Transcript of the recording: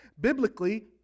Biblically